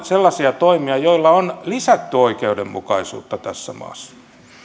sellaisia toimia joilla on lisätty oikeudenmukaisuutta tässä maassa